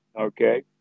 Okay